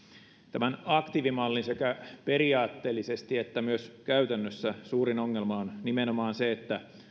tämän aktiivimallin sekä periaatteellisesti että myös käytännössä suurin ongelma on nimenomaan se että